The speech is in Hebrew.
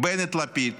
בנט-לפיד